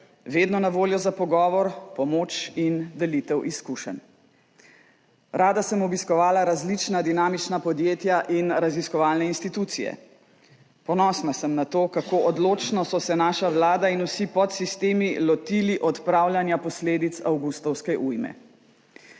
vedno na voljo za pogovor, pomoč in delitev izkušenj. Rada sem obiskovala različna dinamična podjetja in raziskovalne institucije. Ponosna sem na to, kako odločno so se naša vlada in vsi podsistemi lotili odpravljanja posledic avgustovske ujme.